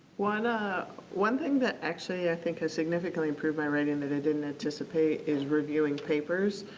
one ah one thing that actually i think has significantly improved my writing that i didn't anticipate is reviewing papers.